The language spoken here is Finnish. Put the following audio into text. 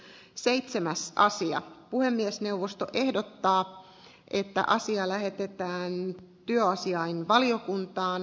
seitsemäs sija puhemiesneuvosto ehdottaa että asia lähetetään työasiainvaliokuntaan